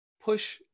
push